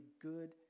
good